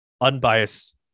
unbiased